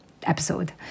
episode